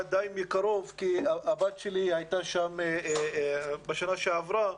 די מקרוב כי הבת שלי הייתה שם בשנה שעברה.